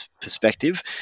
perspective